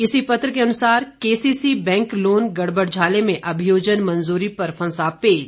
इसी पत्र के अनुसार केसीसी बैंक लोन गड़बड़झाले में अभियोजन मंजूरी पर फंसा पेच